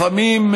לפעמים.